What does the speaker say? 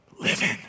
living